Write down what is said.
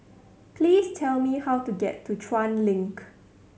please tell me how to get to Chuan Link